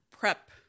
Prep